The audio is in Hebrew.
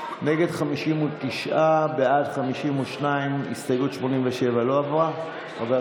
הדתית לפני סעיף 1 לא נתקבלה.